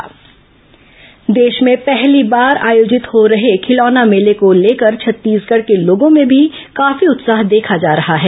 राष्ट्रीय खिलौना मेला देश में पहली बार आयोजित हो रहे खिलौना मेले को लेकर छत्तीसगढ़ के लोगों में भी काफी उत्साह देखा जा रहा है